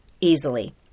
easily